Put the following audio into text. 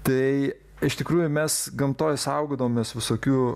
tai iš tikrųjų mes gamtoj saugodavomės visokių